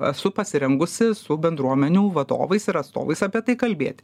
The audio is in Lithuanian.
esu pasirengusi su bendruomenių vadovais ir atstovais apie tai kalbėti